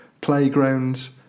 playgrounds